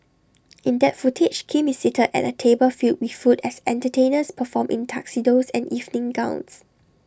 in that footage Kim is seated at A table filled with food as entertainers perform in tuxedos and evening gowns